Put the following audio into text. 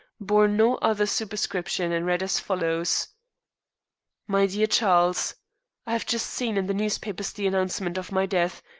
bore no other superscription, and read as follows my dear charles i have just seen in the newspapers the announcement of my death,